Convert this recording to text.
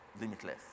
limitless